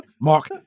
Mark